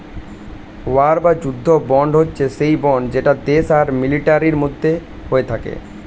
war বা যুদ্ধ bond হচ্ছে সেই বন্ড যেটা দেশ আর মিলিটারির মধ্যে হয়ে থাকে